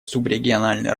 субрегиональные